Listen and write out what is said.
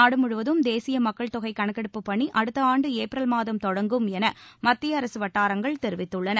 நாடு முழுவதும் தேசிய மக்கள் தொகை கணக்கெடுப்புப் பணி அடுத்த ஆண்டு ஏப்ரல் மாதம் தொடங்கும் மத்திய அரசு வட்டாரங்கள் தெரிவித்துள்ளன